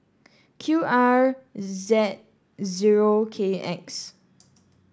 Q R Z zero K X